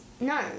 no